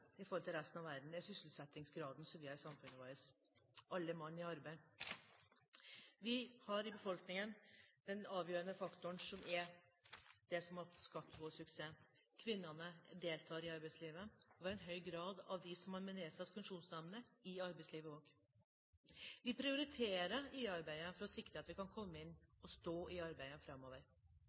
i forhold til resten av verden, er sysselsettingsgraden i samfunnet vårt – «alle mann i arbeid». Vi har i befolkningen den avgjørende faktoren, som er det som har skapt vår suksess. Kvinnene deltar i arbeidslivet. Det gjør i høy grad de med nedsatt funksjonsevne også. Vi prioriterer IA-arbeidet for å sikre at vi kan komme inn i, og stå i, arbeid framover.